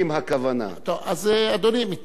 אז, אדוני, מתנחלים זה שם כללי.